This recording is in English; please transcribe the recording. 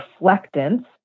reflectance